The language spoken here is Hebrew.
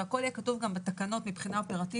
והכול יהיה גם כתוב בתקנות מבחינה אופרטיבית,